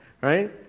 right